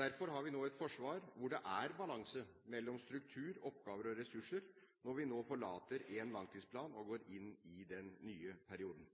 Derfor har vi nå et forsvar hvor det er balanse mellom struktur, oppgaver og ressurser, når vi nå forlater én langtidsplan og går inn i den nye perioden.